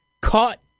caught